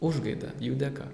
užgaida jų dėka